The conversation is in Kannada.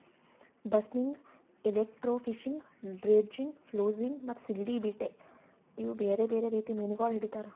ಬಸ್ನಿಗ್, ಎಲೆಕ್ಟ್ರೋಫಿಶಿಂಗ್, ಡ್ರೆಡ್ಜಿಂಗ್, ಫ್ಲೋಸಿಂಗ್ ಮತ್ತ ಸೀಗಡಿ ಬೇಟೆ ಇವು ಬೇರೆ ಬೇರೆ ರೀತಿ ಮೀನಾಗೊಳ್ ಹಿಡಿತಾರ್